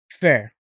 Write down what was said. Fair